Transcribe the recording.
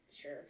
Sure